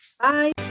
bye